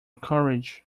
courage